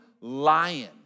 lion